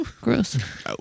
gross